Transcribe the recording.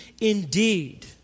Indeed